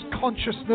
consciousness